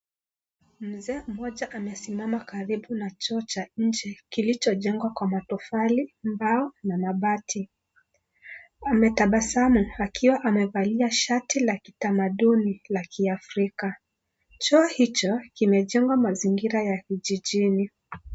Mzee mmoja amesimama karibu na choo cha nje kiliyojengwa kwa matofali, mbao na mabati. Anaonekana akitabasamu akiwa amevalia shati la kitamaduno la kiafrika. choo hicho imejengwa kwa mazingira ya kijijini .